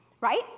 right